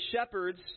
shepherds